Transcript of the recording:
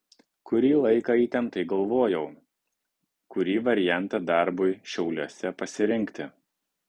kurį laiką įtemptai galvojau kurį variantą darbui šiauliuose pasirinkti